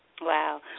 Wow